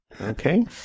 Okay